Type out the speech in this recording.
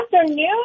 afternoon